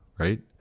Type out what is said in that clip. right